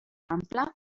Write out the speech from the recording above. ampla